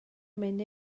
mynd